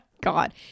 god